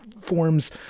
Forms